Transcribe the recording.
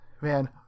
Man